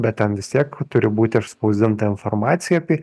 bet ten vis tiek turi būti išspausdinta informacija apie